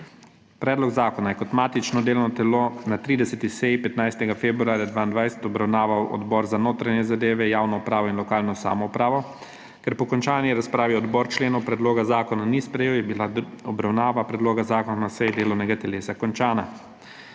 Predlog zakona je kot matično delovno telo na 30. seji 15. februarja 2022 obravnaval Odbor za notranje zadeve, javno upravo in lokalno samoupravo. Ker po končani razpravi odbor členov predloga zakona ni sprejel, je bila obravnava predloga zakona na seji delovnega telesa končana.